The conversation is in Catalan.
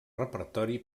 repertori